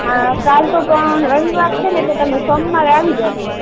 હા કાલે તો પણ રવિવાર છે ને એટલે તમે સોમવારે આવી જજો